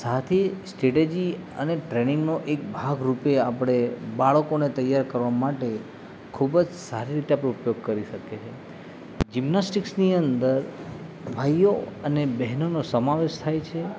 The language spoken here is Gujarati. સાથે સ્ટ્રેટેજી અને ટ્રેનિંગનો એક ભાગરૂપે આપણે બાળકોને તૈયાર કરવા માટે ખૂબ જ સારી રીતે આપણે ઉપયોગ કરી શકીએ છે જિમ્નાસ્ટીકસની અંદર ભાઈઓ અને બહેનોનો સમાવેશ થાય છે